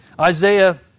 Isaiah